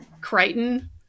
Crichton